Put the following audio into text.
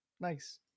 nice